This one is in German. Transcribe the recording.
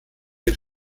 den